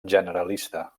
generalista